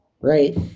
right